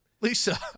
Lisa